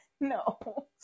no